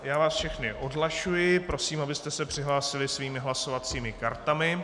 Já vás všechny odhlašuji a prosím, abyste se přihlásili svými hlasovacími kartami.